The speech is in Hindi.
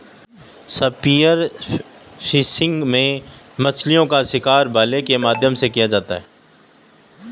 स्पीयर फिशिंग में मछलीओं का शिकार भाले के माध्यम से किया जाता है